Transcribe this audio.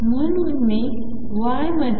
म्हणून मी y मध्ये 0